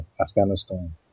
Afghanistan